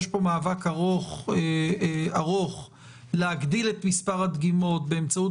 יש פה מאבק ארוך להגדיל את מספר הדגימות באמצעות